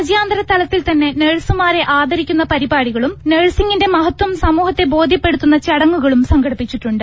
രാജ്യാന്തരതലത്തിൽത്തന്നെ നഴ്സുമാരെ ആദരിക്കുന്ന പരിപാടികളും നഴ്സിങിന്റെ മഹത്വം സമൂഹത്തെ ബോധ്യപ്പെടുത്തുന്ന ചടങ്ങുകളും സംഘടിപ്പിച്ചിട്ടുണ്ട്